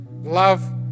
love